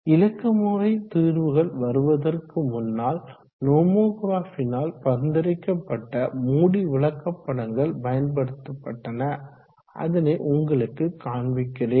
இலக்கமுறை தீர்வுகள் வருவதற்கு முன்னால் நோமொகிராப்பினால் பரிந்துரைக்கப்பட்ட மூடி விளக்கப்படங்கள் பயன்படுத்தப்பட்டன அதனை உங்களுக்கு காண்பிக்கிறேன்